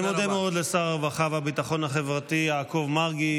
אני מודה מאוד לשר הרווחה והביטחון החברתי יעקב מרגי,